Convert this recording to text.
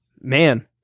Man